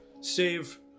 save